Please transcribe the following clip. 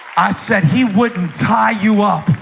i said he wouldn't tie you up